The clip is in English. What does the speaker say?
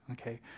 okay